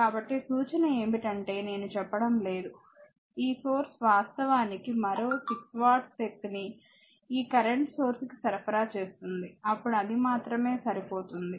కాబట్టి సూచన ఏమిటంటే నేను చెప్పడం లేదు ఈ మూలం వాస్తవానికి మరో 6 వాట్ల శక్తిని ఈ ప్రస్తుత మూలానికి సరఫరా చేస్తోంది అప్పుడు అది మాత్రమే సరిపోతుంది